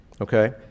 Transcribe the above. Okay